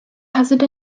hazard